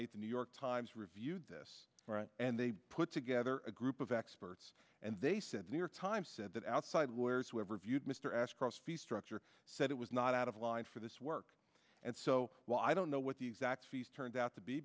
eight the new york times reviewed this and they put together a group of experts and they said the new york times said that outside wearers who have reviewed mr ashcroft structure said it was not out of line for this work and so while i don't know what the exact fees turned out to be